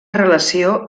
relació